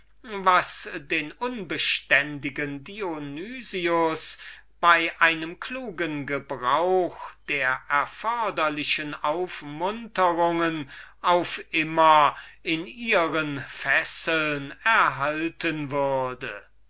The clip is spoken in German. was den unbeständigen dionys bei dem vorsichtigen gebrauch der erforderlichen aufmunterungen auf immer in ihren fesseln behalten würde